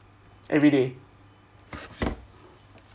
everyday